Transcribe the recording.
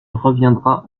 reviendra